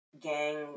gang